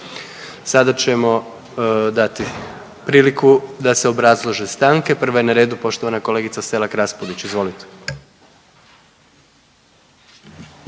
Sada ćemo dati priliku da se obrazlože stanke, prva je na redu poštovana kolegice Selak Raspudić. Izvolite.